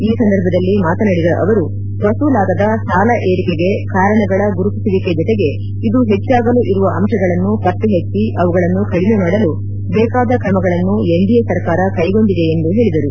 ಈ ಸಂದರ್ಭದಲ್ಲಿ ಮಾತನಾಡಿದ ಅವರು ಮಸೂಲಾಗದ ಸಾಲ ಏರಿಕೆಗೆ ಕಾರಣಗಳ ಗುರುತಿಸುವಿಕೆ ಜತೆಗೆ ಇದು ಹೆಚ್ಚಾಗಲು ಇರುವ ಅಂಶಗಳನ್ನು ಪತ್ತೆ ಹಚ್ಚಿ ಅವುಗಳನ್ನು ಕಡಿಮೆ ಮಾಡಲು ಬೇಕಾದ ಕ್ರಮಗಳನ್ನು ಎನ್ಡಿಎ ಸರ್ಕಾರ ಕೈಗೊಂಡಿದೆ ಎಂದು ಹೇಳಿದರು